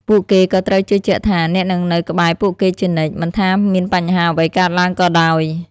ពួកគេក៏ត្រូវជឿជាក់ថា អ្នកនឹងនៅក្បែរពួកគេជានិច្ច មិនថាមានបញ្ហាអ្វីកើតឡើងក៏ដោយ។